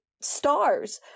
stars